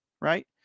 Right